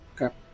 Okay